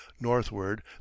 Northward